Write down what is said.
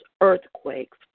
earthquakes